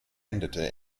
endete